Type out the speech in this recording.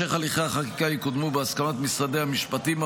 המשך הליכי החקיקה יקודמו בהסכמת משרד המשפטים,